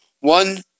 One